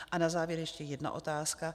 A na závěr ještě jedna otázka.